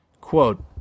Quote